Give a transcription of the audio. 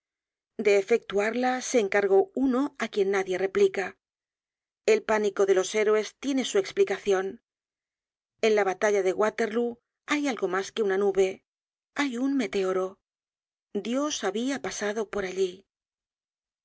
de efectuarla se encargó uno á quien nadie replica el pánico de los héroes tiene su explicacion en la batalla de waterlóo hay algo mas que una nube hay un meteoro dios habia pasado por allí a